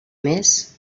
més